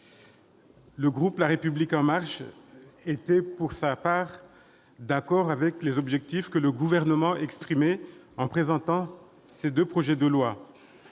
le groupe La République En Marche était, pour sa part, d'accord avec les objectifs que le Gouvernement avait exprimés en présentant ces projets de loi